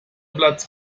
platz